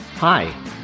Hi